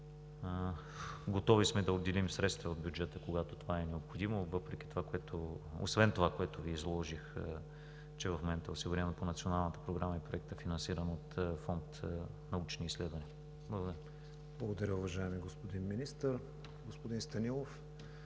Готови сме да отделим средства от бюджета, когато това е необходимо, освен това което Ви изложих, че в момента осигуряването по Националната програма и Проекта е финансиран от Фонд „Научни изследвания“. Благодаря. ПРЕДСЕДАТЕЛ КРИСТИАН ВИГЕНИН: Благодаря, уважаеми господин Министър. Господин Станилов?